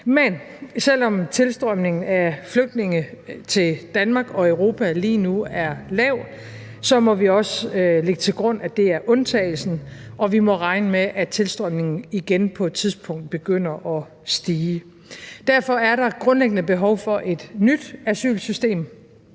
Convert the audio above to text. Men selv om tilstrømningen af flygtninge til Danmark og Europa lige nu er lav, må vi også lægge til grund, at det er undtagelsen, og vi må regne med, at tilstrømningen på et tidspunkt igen begynder at stige. Derfor er der grundlæggende behov for et nyt asylsystem